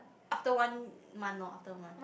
after one month loh after one